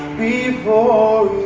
before